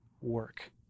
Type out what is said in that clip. work